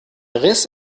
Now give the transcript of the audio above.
riss